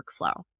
workflow